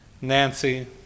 Nancy